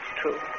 true